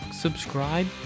subscribe